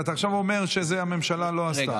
אתה עכשיו אומר שהממשלה לא עשתה,